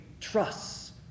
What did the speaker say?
trust